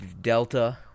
Delta